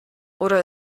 oder